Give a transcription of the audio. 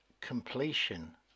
completion